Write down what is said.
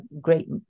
great